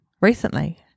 recently